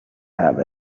have